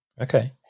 Okay